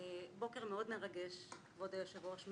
בוקר מאוד מרגש, כבוד היושב-ראש.